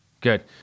good